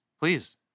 please